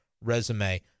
resume